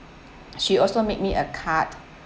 she also made me a card